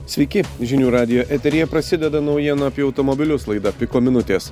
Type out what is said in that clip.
sveiki žinių radijo eteryje prasideda naujienų apie automobilius laida piko minutės